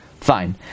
Fine